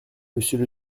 monsieur